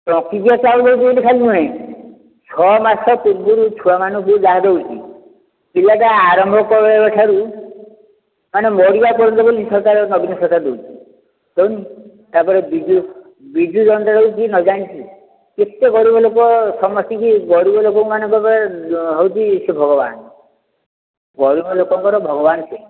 ଟଙ୍କିକିଆ ଚାଉଳ ଦେଉଛି ଖାଲି ନୁହେଁ ଛଅ ମାସ ପୂର୍ବରୁ ଛୁଆମାନଙ୍କୁ ଯାହା ଦେଉଛି ପିଲାଟା ଆରମ୍ଭ ହେଲାଠାରୁ ମାନେ ମାରିବା ପର୍ଯ୍ୟନ୍ତ ବୋଲି ନବୀନ ସରକାର ଦେଉଛି ତେଣୁ ତା'ପରେ ବିଜୁ ବିଜୁ ଜନତା ଦଳକୁ କିଏ ନ ଜାଣିଛି କେତେ ଗରିବ ଲୋକ ସମସ୍ତଙ୍କୁ ଗରିବ ଲୋକମାନଙ୍କ ପାଇଁ ହେଉଛି ସେ ଭଗବାନ ଗରିବ ଲୋକଙ୍କର ଭଗବାନ ସେ